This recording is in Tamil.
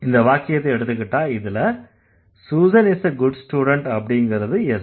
இந்த வாக்கியத்தை எடுத்திக்கிட்டா இதுல Susan is a good student அப்படிங்கறது S